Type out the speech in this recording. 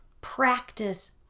practice